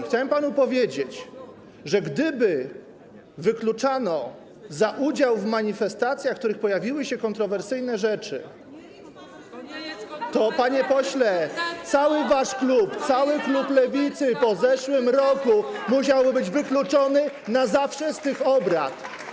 Chciałem panu powiedzieć, że gdyby wykluczano za udział w manifestacjach, w których pojawiły się kontrowersyjne rzeczy, to panie pośle, cały wasz klub, cały klub Lewicy po zeszłym roku musiałby być wykluczony na zawsze z tych obrad.